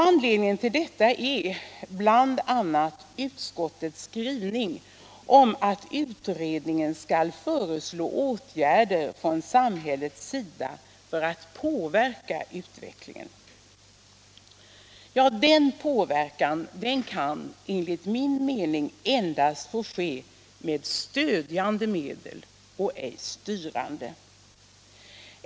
Anledningen till detta är bl.a. utskottets skrivning om att utredningen skall föreslå åtgärder från samhällets sida för att påverka utvecklingen. Den påverkan kan enligt min mening endast få ske med stödjande medel, ej styrande.